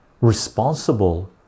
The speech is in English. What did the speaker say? responsible